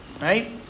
Right